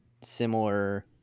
similar